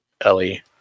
Ellie